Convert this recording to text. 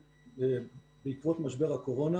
בעקבות משבר הקורונה